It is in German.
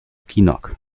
kinnock